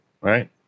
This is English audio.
right